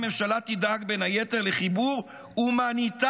הממשלה תדאג בין היתר לחיבור הומניטרי.